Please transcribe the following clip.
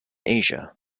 asia